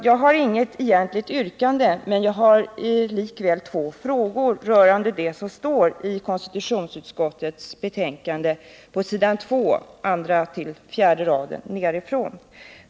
Jag har inget egentligt yrkande, men jag har likväl två frågor rörande det som står i konstitutionsutskottets betänkande på s. 2, r. 24 nedifrån.